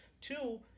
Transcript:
Two